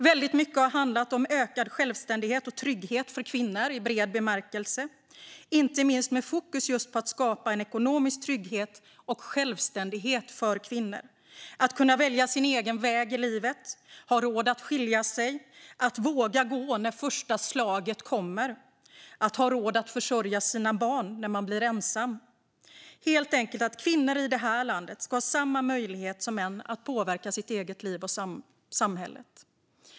Väldigt mycket har handlat om ökad självständighet och trygghet för kvinnor i bred bemärkelse, inte minst med fokus på att skapa ekonomisk trygghet och självständighet för kvinnor för att de ska kunna välja sin egen väg i livet, ha råd att skilja sig, våga gå när första slaget kommer och ha råd att försörja sina barn när man blir ensam. Det handlar helt enkelt om att kvinnor i det här landet ska ha samma möjlighet som män att påverka sitt eget liv och samhället.